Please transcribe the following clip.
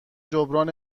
جبران